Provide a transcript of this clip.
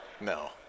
No